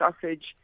sausage